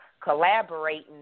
collaborating